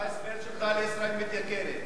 מה ההסבר שלך לישראל מתייקרת?